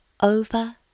over